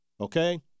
okay